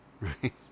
Right